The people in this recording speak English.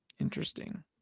Interesting